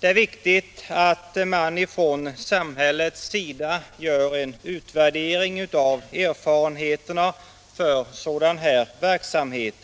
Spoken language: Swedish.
Det är viktigt att man från samhällets sida gör en utvärdering av erfarenheterna av denna verksamhet.